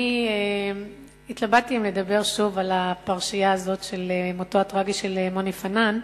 אני התלבטתי אם לדבר שוב על הפרשייה הזאת של מותו הטרגי של מוני פנאן.